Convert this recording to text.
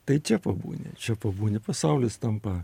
tai čia pabūni čia pabūni pasaulis tampa